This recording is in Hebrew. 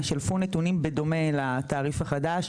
שלפו נתונים בדומה לתעריף החדש.